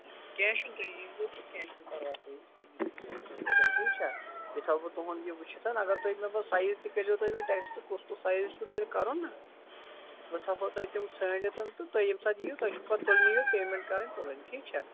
آ کیٚنٛہہ چھُنہٕ تُہۍ ییٖزیٚو تہٕ کیٚنٛہہ چھُنہٕ پَرواے تُہۍ نِیٖو اَصٕل پٲٹھۍ ٹھیٖک چھا یہِ تھاوٕ بہٕ تُہُنٛد یہِ وُچھِتھ اگر تُہۍ مےٚ پَتہٕ سایِز تہِ کٔرۍزیٚو تُہۍ مےٚ ٹٮ۪کسٹہٕ کُس کُس سایِز چھُو تۄہہِ کَرُن نا بہٕ تھاوہو تۄہہِ تِم ژھٲنڈِتھ تہٕ تُہۍ ییٚمہِ ساتہٕ یِیِو تُہۍ چھُو پَتہٕ تُلنٕے یوٚت پیمٮ۪نٛٹ کَرٕنۍ تُلٕنۍ ٹھیٖک چھا